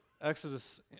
exodus